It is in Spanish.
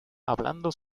hablando